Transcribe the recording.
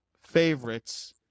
favorites